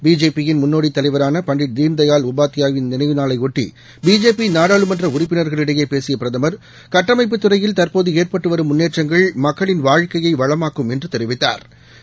பிஜேபியின் முன்னோடதலைவரானபண்ட்ட்ட் தீன்தயாள் உபாத்யாயாவின் நினைவுநாளையொட்டிபிஜேபிநாடாளுமன்றஉறுப்பினர்களிடையேபேசியபிரதமர் கட்டமைப்பு துறையில் தற்போதுஏற்பட்டுவரும் முன்னேற்றங்கள் மக்களின் வாழ்க்கையைவளமாக்கும் என்றுதெரிவித்தாா்